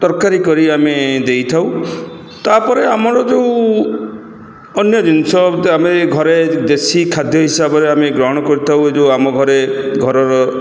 ତରକାରୀ କରି ଆମେ ଦେଇଥାଉ ତା'ପରେ ଆମର ଯୋଉ ଅନ୍ୟ ଜିନିଷ ଆମେ ଘରେ ଦେଶୀ ଖାଦ୍ୟ ହିସାବରେ ଆମେ ଗ୍ରହଣ କରିଥାଉ ଯୋଉ ଆମ ଘରେ ଘରର ସ୍ତ୍ରୀ